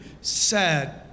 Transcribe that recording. sad